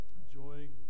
enjoying